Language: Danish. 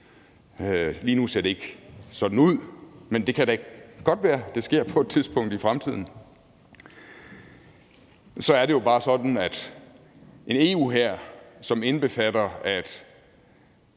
Lige nu ser det ikke sådan ud, men det kan da godt være, at det sker på et tidspunkt i fremtiden. Så er det jo bare sådan, at hvis der er en EU-hær, som indbefatter, at